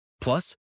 Plus